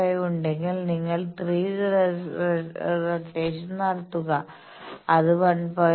5 ഉണ്ടെങ്കിൽ നിങ്ങൾ 3 റോറ്റേഷൻസ് നടത്തുക അത് 1